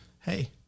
hey